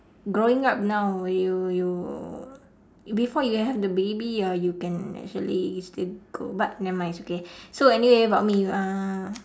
growing up now you you before you have the baby ah you can actually still go but never mind it's okay so anyway about me uh